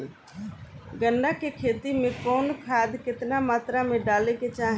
गन्ना के खेती में कवन खाद केतना मात्रा में डाले के चाही?